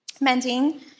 Mending